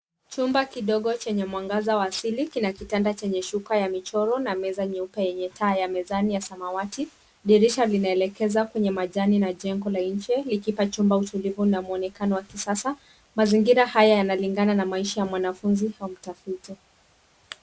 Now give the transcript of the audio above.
Chumba kidogo chenye mwangaza wa asili kina kitanda chenye shuka ya michoro na meza nyeupe yenye taa ya mezani ya samawati. Dirisha linaelekeza kwenye majani na jengo la nje likipa chumba utulivu na mwonekano wa kisasa. Mazingira haya yanalingana na maisha ya mwanafunzi au mtafiti.